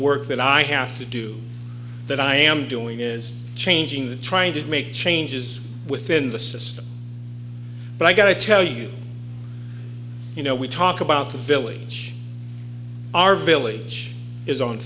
work that i have to do that i am doing is changing the trying to make changes within the system but i got to tell you you know we talk about the village our village is on